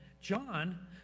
John